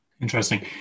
Interesting